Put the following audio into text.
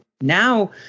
now